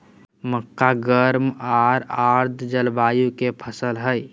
मक्का गर्म आर आर्द जलवायु के फसल हइ